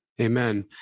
Amen